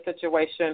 situation